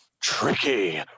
tricky